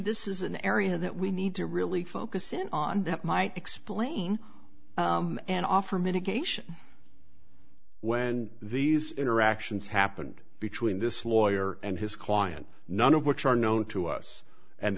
this is an area that we need to really focus in on that might explain and offer mitigation when these interactions happened between this lawyer and his client none of which are known to us and